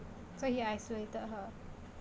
so he isolated her